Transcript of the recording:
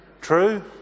True